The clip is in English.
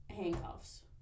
handcuffs